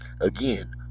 Again